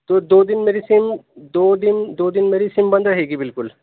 تو دو دن میری سم دو دن دو دن میری سم بند رہے گی بالکل